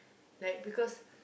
like because